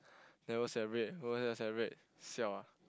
never celebrate go where celebrate siao ah